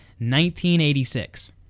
1986